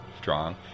strong